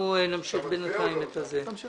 בינתיים נמשיך